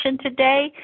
today